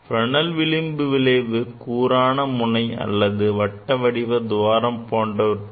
Fresnel விளிம்பு விளைவு கூரான முனை அல்லது வட்ட வடிவமாக துவாரம் போன்றவற்றிலும் ஏற்படும்